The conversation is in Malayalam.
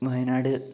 വയനാട്